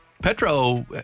Petro